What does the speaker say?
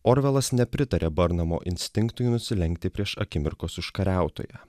orvelas nepritarė burnamo instinktui nusilenkti prieš akimirkos užkariautoją